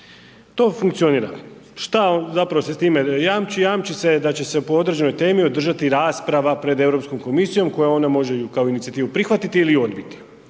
To funkcionira, šta zapravo se s time jamči? Jamči se da će se po određenoj temi održati rasprava pred Europskom komisijom koju ona može kao inicijativu prihvatiti ili odbiti,